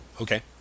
okay